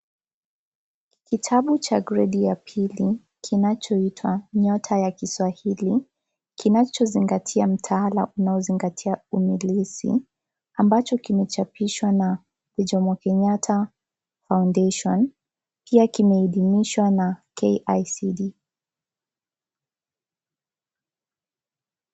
Kitabu cha gredi ya pili kinachoitwa nyota ya kiswahili kinachozingatia mtaalam na kuzingatia ibilisi ambacho kimechapishwa na 'jomokenyatta foundation' ikiwa imeidhinishwa na "KICD"